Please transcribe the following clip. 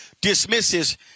dismisses